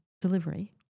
delivery